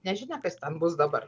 nežinia kas ten bus dabar